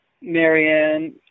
Marianne